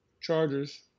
Chargers